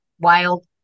wild